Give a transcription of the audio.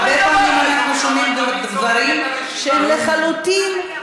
הרבה פעמים אנחנו שומעים דברים שהם לחלוטין,